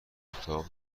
اتاق